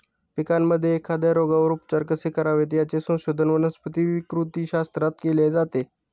पिकांमध्ये एखाद्या रोगावर उपचार कसे करावेत, याचे संशोधन वनस्पती विकृतीशास्त्रात केले जाते